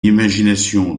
imagination